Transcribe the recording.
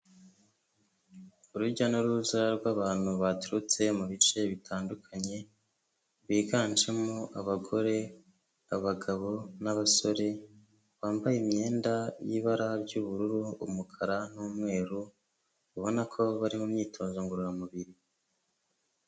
Urujya n'uruza rw'abantu baturutse mu bice bitandukanye, biganjemo abagore, abagabo n'abasore, bambaye imyenda y'ibara ry'ubururu, umukara n'umweru, ubona ko bari mu myitozo ngororamubiri.